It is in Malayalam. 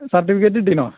സർട്ടിഫിക്കറ്റ് കിട്ടീനോ